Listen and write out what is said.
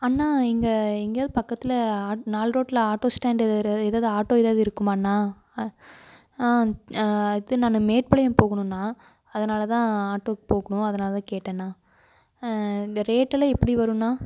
அண்ணா இங்கே எங்கேயாவது பக்கத்தில் நாலு ரோட்டில் ஆட்டோ ஸ்டாண்டு வேறு ஏதாவது ஆட்டோ ஏதாவது இருக்குமாண்ணா ஆ இது நான் மேட்டுப்பாளையம் போகணும்ண்ணா அதனால்தான் ஆட்டோவுக்கு போகணும் அதனால் தான் கேட்டேன்ணா இந்த ரேட்டெல்லாம் எப்படி வரும்ண்ணா